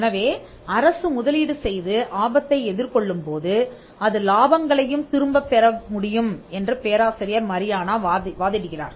எனவே அரசு முதலீடு செய்து ஆபத்தை எதிர்கொள்ளும் போது அது லாபங்களையும் திரும்பப் பெற முடியும் என்று பேராசிரியர் மரியானா வாதிடுகிறார்